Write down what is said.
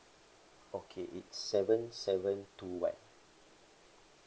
okay it's seven seven two one